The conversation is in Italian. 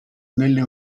nelle